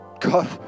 God